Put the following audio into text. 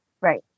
Right